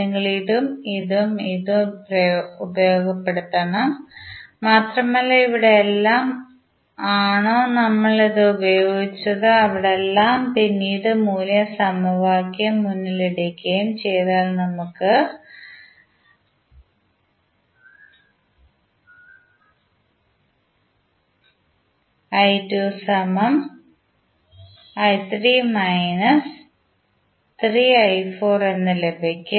നിങ്ങൾ ഇതും ഇതും ഇതും ഉപയോഗപ്പെടുത്തണം മാത്രമല്ല എവിടെ എല്ലാം ആണോ നമ്മൾ ഇത് ഉപയോഗിച്ചത് അവിടെ എല്ലാം പിന്നീട് മൂല്യം സമവാക്യം മൂന്നിൽ ഇടുകയും ചെയ്താൽ നമുക്ക് എന്ന് ലഭിക്കും